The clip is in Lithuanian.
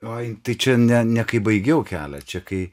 oi tai čia ne ne kai baigiau kelią čia kai